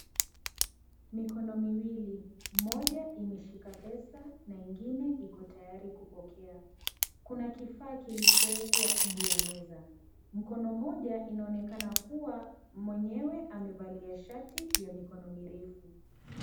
Mikono miwili. Moja imeshika pesa na ingine iko tayari kupokea. Kuna kifaa kilichoekwa juu ya meza. Mkono mmoja inaonekana kuwa mwenyewe amevalia shati ya mikono mirefu.